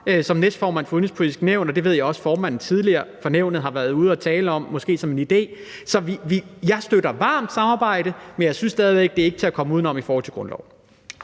som næstformand for Det Udenrigspolitiske Nævn, og det ved jeg også at formanden for Nævnet tidligere har været ude ude at tale om som noget, som måske er en idé. Så jeg støtter varmt samarbejdet, men jeg synes stadig væk, at det ikke er til at komme udenom, altså i forhold til grundloven.